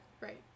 Right